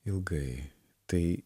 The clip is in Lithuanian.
ilgai tai